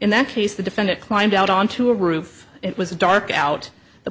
in that case the defendant climbed out onto a roof it was dark out the